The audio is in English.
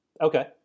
Okay